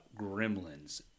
Gremlins